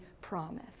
promise